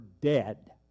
dead